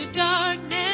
darkness